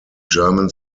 german